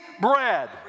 bread